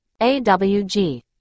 awg